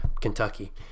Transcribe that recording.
Kentucky